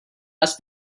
ask